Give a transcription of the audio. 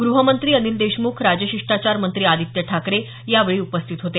ग्रहमंत्री अनिल देशमुख राजशिष्टाचार मंत्री आदित्य ठाकरे यावेळी उपस्थित होते